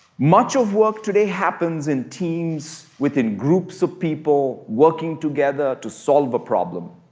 much of work today happens in teams, within groups of people working together to solve a problem.